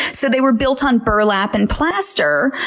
so they were built on burlap and plaster,